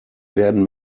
werden